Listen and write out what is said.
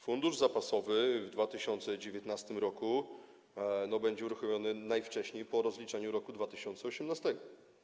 Fundusz zapasowy w 2019 r. będzie uruchomiony najwcześniej po rozliczeniu roku 2018.